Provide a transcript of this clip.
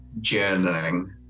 journaling